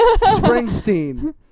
Springsteen